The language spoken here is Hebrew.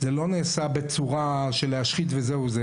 זה לא נעשה בצורה של להשחית וזהו זו,